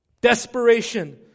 Desperation